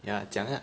ya 讲 lah